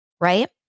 Right